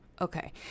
Okay